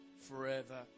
forever